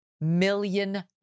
million